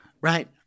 Right